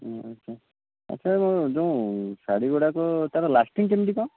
ଆଚ୍ଛା ଇଏ ଯେଉଁ ଶାଢୀ ଗୁଡ଼ାର ତାର ଲାଷ୍ଟିଂ କେମିତି କ'ଣ